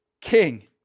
king